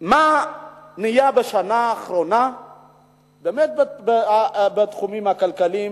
מה נהיה בשנה האחרונה בתחומים הכלכליים